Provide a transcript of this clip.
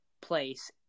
place